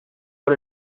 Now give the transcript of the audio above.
por